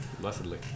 Blessedly